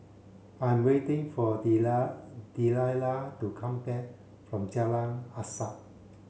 I'm waiting for Delilah to come back from Jalan Asas